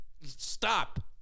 Stop